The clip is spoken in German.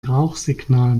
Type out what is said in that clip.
rauchsignal